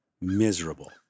miserable